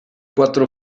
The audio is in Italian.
quattro